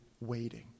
waiting